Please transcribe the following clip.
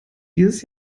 dieses